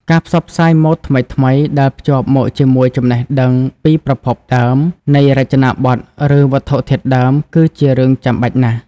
ការផ្សព្វផ្សាយម៉ូដថ្មីៗដែលភ្ជាប់មកជាមួយចំណេះដឹងពីប្រភពដើម នៃរចនាបទ ឬវត្ថុធាតុដើម គឺជារឿងចាំបាច់ណាស់។